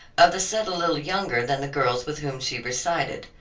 of the set a little younger than the girls with whom she recited.